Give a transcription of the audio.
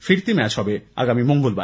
ফিরতি ম্যাচটি হবে আগামী মঙ্গলবার